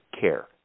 care